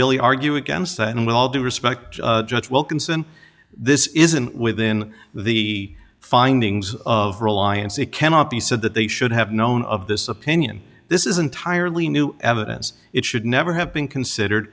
really argue against that and with all due respect judge wilkinson this isn't within the findings of reliance it cannot be said that they should have known of this opinion this is entirely new evidence it should never have been considered